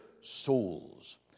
souls